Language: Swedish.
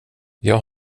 jag